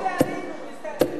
למה אתה תמיד מסתכל לכאן?